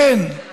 כן.